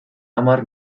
hamar